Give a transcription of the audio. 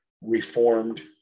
reformed